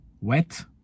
wet